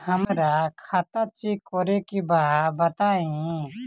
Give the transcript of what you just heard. हमरा खाता चेक करे के बा बताई?